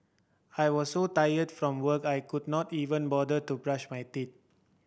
I was so tired from work I could not even bother to brush my teeth